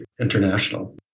international